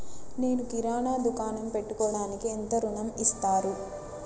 నేను కిరాణా దుకాణం పెట్టుకోడానికి ఎంత ఋణం ఇస్తారు?